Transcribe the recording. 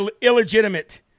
illegitimate